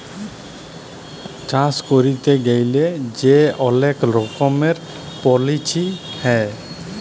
চাষ ক্যইরতে গ্যালে যে অলেক রকমের পলিছি হ্যয়